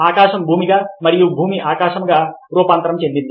ఆకాశం భూమిగా మరియు భూమి ఆకాశంగా రూపాంతరం చెందింది